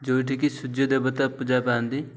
ଯୋଉଠିକି ସୂର୍ଯ୍ୟ ଦେବତା ପୂଜା ପାଆନ୍ତି